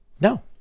No